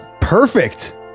perfect